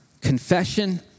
Confession